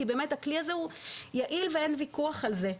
כי הכלי הזה יעיל ואין וויכוח על זה.